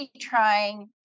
trying